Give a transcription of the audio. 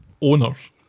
owners